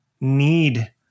need